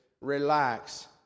Relax